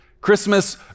Christmas